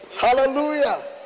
hallelujah